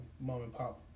mom-and-pop